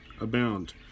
abound